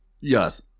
Yes